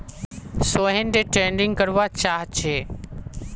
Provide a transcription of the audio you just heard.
Sohan day trading करवा चाह्चे